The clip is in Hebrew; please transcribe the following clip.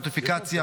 נוטיפיקציה,